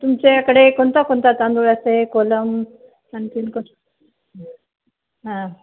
तुमच्याकडे कोणता कोणता तांदूळ असते कोलम आणखीन को हां